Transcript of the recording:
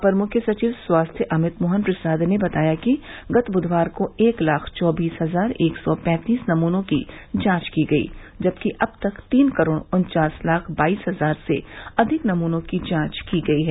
अपर मुख्य सचिव स्वास्थ्य अमित मोहन प्रसाद ने बताया कि गत बुधवार को एक लाख चौशीस हजार एक सौ पैंतीस नमूनों की जांच की गई जबकि अब तक तीन करोड़ उन्चास लाख बाईस हजार से अधिक नमूनों की जांच की गई है